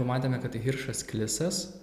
pamatėme kad tai hiršas klisas